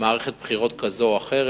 מערכת בחירות כזאת או אחרת,